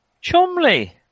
Chumley